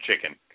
chicken